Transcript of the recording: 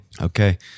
Okay